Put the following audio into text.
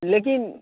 लेकिन